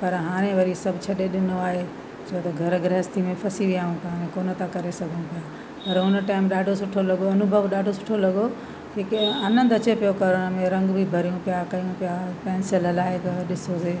पर हाणे वरी सभु छॾे ॾिनो आहे छो त घर गृहस्थी में फसी विया आहियूं त हाणे कोन था करे सघूं पिया पर हुन टाइम ॾाढो सुठो लॻो अनुभव ॾाढो सुठो लॻो हिकु आनंदु अचे पियो करण में रंग बि भरियूं पिया कयूं पिया पैंसिल हलाए करे ॾिसोसि